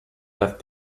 that